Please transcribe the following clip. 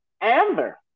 Amber